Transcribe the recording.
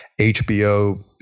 HBO